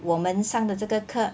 我们上的这个课